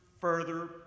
further